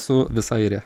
su visa airija